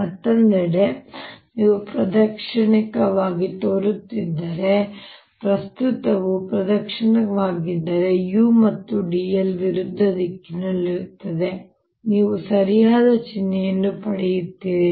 ಮತ್ತೊಂದೆಡೆ ನೀವು ಪ್ರದಕ್ಷಿಣಾಕಾರವಾಗಿ ತೋರಿಸುತ್ತಿದ್ದರೆ ಪ್ರಸ್ತುತವು ಪ್ರದಕ್ಷಿಣಾಕಾರವಾಗಿದ್ದರೆ u ಮತ್ತು dl ವಿರುದ್ಧ ದಿಕ್ಕಿನಲ್ಲಿರುತ್ತದೆ ಮತ್ತು ನೀವು ಸರಿಯಾದ ಚಿಹ್ನೆಯನ್ನು ಪಡೆಯುತ್ತೀರಿ